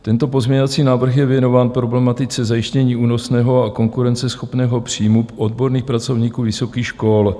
Tento pozměňovací návrh je věnován problematice zajištění únosného a konkurenceschopného příjmu odborných pracovníků vysokých škol.